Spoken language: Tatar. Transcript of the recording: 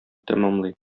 тәмамлый